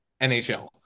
NHL